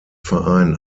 verein